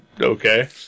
Okay